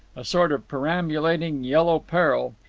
a sort of perambulating yellow peril,